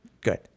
Good